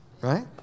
Right